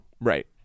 Right